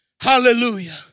hallelujah